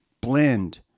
blend